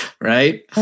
Right